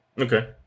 Okay